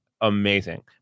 Amazing